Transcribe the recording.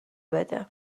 بده